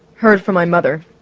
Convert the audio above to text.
heard from my mother.